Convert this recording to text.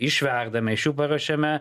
išverdame iš jų paruošiame